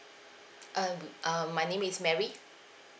um um my name is mary